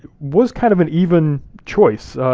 was kind of an even choice.